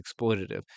exploitative